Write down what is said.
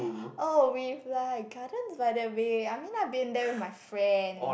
oh with like Gardens-by-the-Bay I mean I've been there with my friend